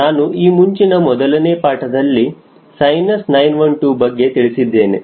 ನಾನು ಈ ಮುಂಚಿನ ಮೊದಲನೇ ಪಾಠದಲ್ಲಿ ಸೈನಸ್ 912 ಬಗ್ಗೆ ತಿಳಿಸಿದ್ದೇನೆ